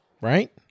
Right